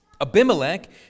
Abimelech